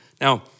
Now